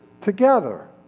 together